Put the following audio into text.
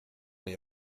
les